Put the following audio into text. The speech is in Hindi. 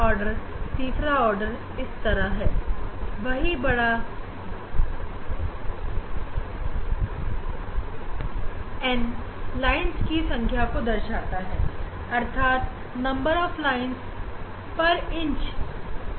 1 सेंटीमीटर में कितनी लाइन आ रही है अर्थात बड़ा N हमने लिखा है कि यह बराबर होगा N mnx जिसमें n order m number of lines पर इंच और x सोर्स की चौड़ाई के बराबर हैं